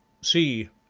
see,